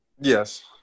Yes